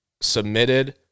submitted